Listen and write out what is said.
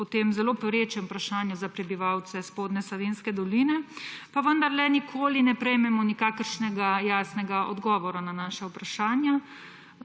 o tem zelo perečem vprašanju za prebivalce Spodnje Savinjske doline, pa vendarle nikoli ne prejmemo nikakršnega jasnega odgovora na naša vprašanja.